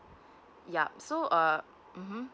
yup so uh uh hmm